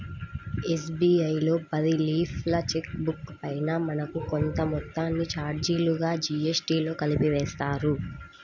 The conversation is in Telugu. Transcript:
ఎస్.బీ.ఐ లో పది లీఫ్ల చెక్ బుక్ పైన మనకు కొంత మొత్తాన్ని చార్జీలుగా జీఎస్టీతో కలిపి వేస్తారు